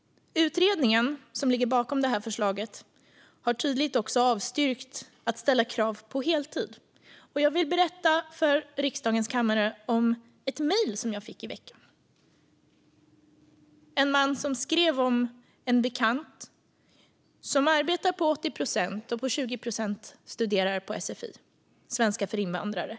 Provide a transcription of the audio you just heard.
Utredningen som ligger bakom det här förslaget har tydligt också avstyrkt att ställa krav på heltid. Jag vill berätta för riksdagens kammare om ett mejl som jag fick i veckan. Det var en man som skrev om en bekant som arbetar på 80 procent och på 20 procent studerar på sfi, svenska för invandrare.